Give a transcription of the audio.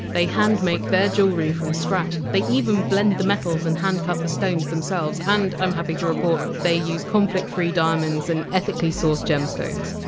they handmake jewelry from scratch they even blend the metals and hand cut the stones themselves and, i! m happy to report, they use conflict-free diamonds and ethically sourced gemstones.